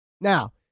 now